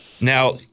now